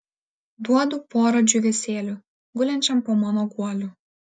duodu porą džiūvėsėlių gulinčiam po mano guoliu